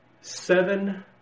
seven